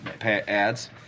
ads